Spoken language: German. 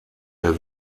der